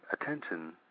attention